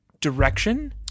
direction